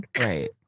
Right